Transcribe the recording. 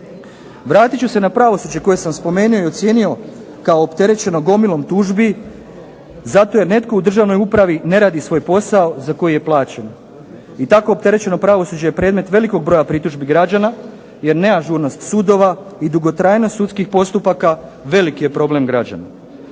Vratit ću se na pravosuđe koje sam spomenuo i ocijenio kao opterećeno gomilom tužbi zato jer netko u državnoj upravi ne radi svoj posao za koji je plaćen. I tako opterećeno pravosuđe je predmet velikog broja pritužbi građana jer neažurnost sudova i dugotrajnost sudskih postupaka veliki je problem građana.